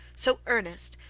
so earnest,